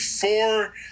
Four